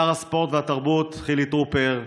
לשר הספורט והתרבות חילי טרופר,